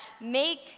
make